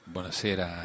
buonasera